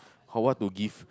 how what to give